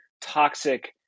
toxic